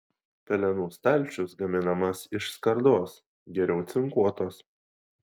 pelenų stalčius gaminamas iš skardos geriau cinkuotos